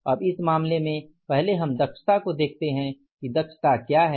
अब इस मामले में पहले हम दक्षता को देखते हैं कि दक्षता क्या है